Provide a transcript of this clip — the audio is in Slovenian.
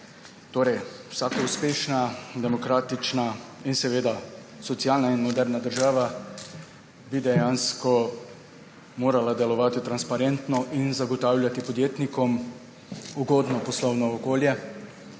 Vlade! Vsaka uspešna demokratična in socialna in moderna država bi dejansko morala delovati transparentno in zagotavljati podjetnikom ugodno poslovno okolje,